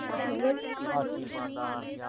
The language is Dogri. आक्खन लग्गे